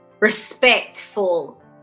respectful